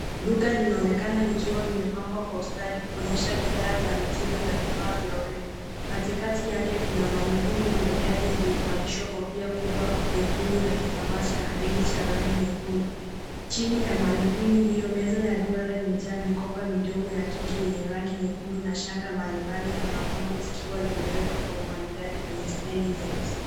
Duka linaonekana likiwa limepambwa kwa ustadhi kuonyesha bidhaa za mitindo na vifaa vya urembo. Katikati yake kuna (cs)mannequin (cs)maridadi iliyovalishwa kofia kubwa nyekundu na kitambaa cha hariri cha rangi nyekundu. Chini ya (cs)mannequin (cs)hiyo meza ya duara imejaa mikopa midogo ya kike yenye rangi nyekundu na shanga mbali mbali za mapambo zikiwa zimewekwa kwa umaridadi kwenye stendi nyeusi.